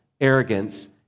arrogance